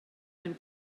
mewn